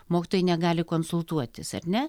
mokytojai negali konsultuotis ar ne